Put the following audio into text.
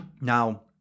Now